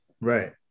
right